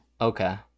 Okay